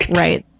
right?